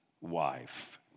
wife